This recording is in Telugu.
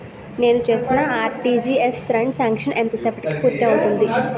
నేను చేసిన ఆర్.టి.జి.ఎస్ త్రణ్ సాంక్షన్ ఎంత సేపటికి పూర్తి అవుతుంది?